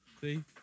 see